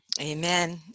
Amen